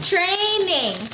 Training